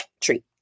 treat